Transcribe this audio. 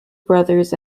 brothers